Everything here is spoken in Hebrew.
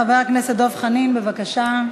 חבר הכנסת דב חנין, בבקשה.